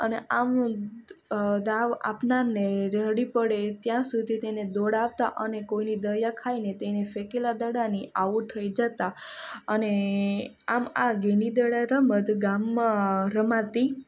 અને આમ દાવ આપનારને રડી પડે ત્યાં સુધી તેને દોડાવતા અને કોઈની દયા ખાઈને તેને ફેંકેલા દડાની આઉટ થઈ જતાં અને આમ આ ગેડી દડા રમત ગામમાં રમાતી